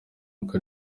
uko